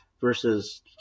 versus